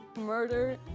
Murder